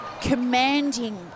commanding